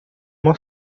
uma